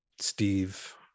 steve